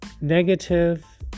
negative